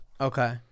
Okay